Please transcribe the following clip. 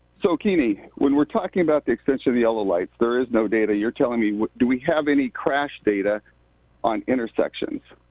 so kini, when we're talking about the extension of the yellow lights, there is no data, you're telling me, do we have any crash data on intersections?